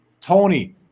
Tony